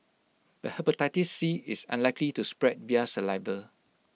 but Hepatitis C is unlikely to spread via saliva